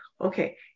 okay